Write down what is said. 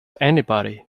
anybody